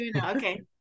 Okay